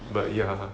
but ya